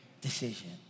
decision